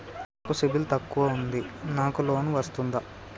నాకు సిబిల్ తక్కువ ఉంది నాకు లోన్ వస్తుందా?